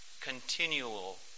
continual